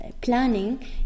Planning